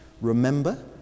Remember